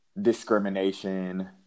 discrimination –